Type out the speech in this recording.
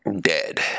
dead